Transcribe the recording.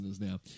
now